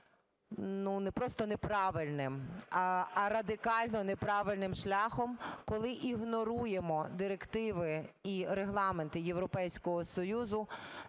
не просто неправильним, а радикально неправильним шляхом, коли ігноруємо директиви і регламенти Європейського Союзу